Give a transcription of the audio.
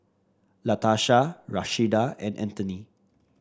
Latarsha Rashida and Anthony